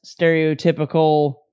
stereotypical